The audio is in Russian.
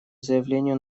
заявлению